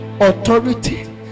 authority